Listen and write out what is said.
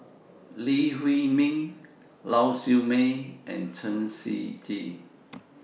Lee Huei Min Lau Siew Mei and Chen Shiji